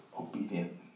obedient